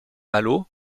malo